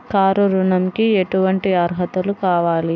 Car ఋణంకి ఎటువంటి అర్హతలు కావాలి?